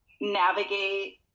navigate